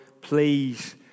please